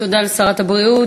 תודה לשרת הבריאות.